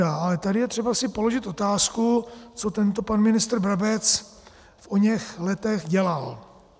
Ale tady si je třeba položit otázku, co tento pan ministr Brabec v oněch letech dělal.